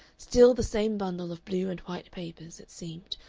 still the same bundle of blue and white papers, it seemed,